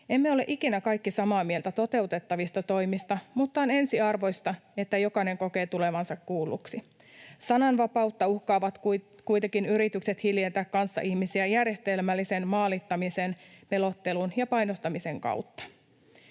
Emme ole ikinä kaikki samaa mieltä toteutettavista toimista, mutta on ensiarvoista, että jokainen kokee tulevansa kuulluksi. Sananvapautta uhkaavat kuitenkin yritykset hiljentää kanssaihmisiä järjestelmällisen maalittamisen, pelottelun tai painostamisen kautta.